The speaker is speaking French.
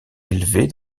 élevés